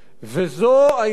עמיתי חברי הכנסת,